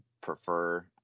prefer